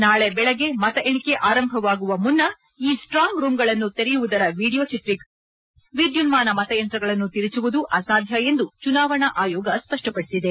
ನಾಳೆ ಬೆಳಿಗ್ಗೆ ಮತ ಎಣಿಕೆ ಆರಂಭವಾಗುವ ಮುನ್ನ ಈ ಸ್ವಾಂಗ್ ರೂಂಗಳನ್ನು ತೆರೆಯುವುದರ ವಿಡಿಯೋ ಚಿತ್ರೀಕರಣ ಮಾಡಲಾಗುವುದು ವಿದ್ಯುನ್ಮಾನ ಮತಯಂತ್ರಗಳನ್ನು ತಿರುಚುವುದು ಅಸಾಧ್ಯ ಎಂದು ಚುನಾವಣಾ ಆಯೋಗ ಸ್ಪಷ್ಟಪಡಿಸಿದೆ